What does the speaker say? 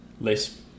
less